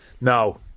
no